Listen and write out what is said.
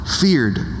feared